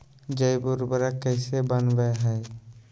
जैव उर्वरक कैसे वनवय हैय?